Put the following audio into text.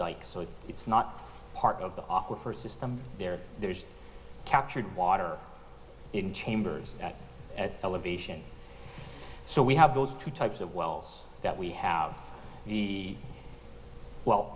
dike so it's not part of the offer for system there there's captured water in chambers at elevation so we have those two types of wells that we have the well